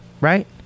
Right